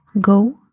go